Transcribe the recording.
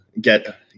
get